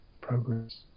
progress